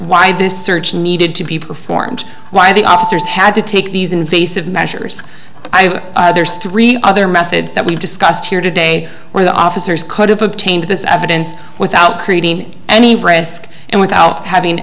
why this search needed to be performed why the officers had to take these invasive measures there's three other methods that we've discussed here today where the officers could have obtained this evidence without creating any risk and without having